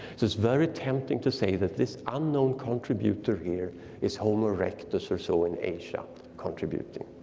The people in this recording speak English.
it's it's very tempting to say that this unknown contributor here is homo erectus or so in asia contributing.